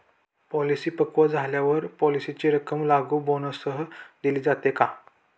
Policy पक्व झाल्यावर पॉलिसीची रक्कम लागू बोनससह दिली जाते का?